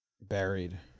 Buried